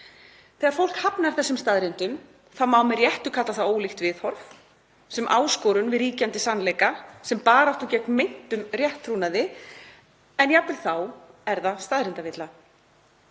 Þegar fólk hafnar þessum staðreyndum má með réttu kalla það ólík viðhorf, sem áskorun við ríkjandi sannleika, sem baráttu gegn meintum rétttrúnaði, en jafnvel þá er það staðreyndavilla.